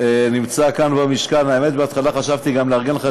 התשע"ז 2017, לקריאה שנייה